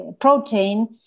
protein